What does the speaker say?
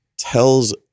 tells